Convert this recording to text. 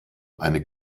eine